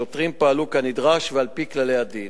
השוטרים פעלו כנדרש ועל-פי כללי הדין.